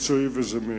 מקצועי וזמין.